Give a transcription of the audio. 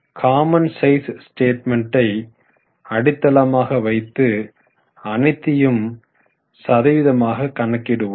common size ஸ்டேட்மெண்ட்ஸில் அடித்தளமாக வைத்து அனைத்தையும் சதவீதமாக கணக்கிடுவோம்